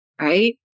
right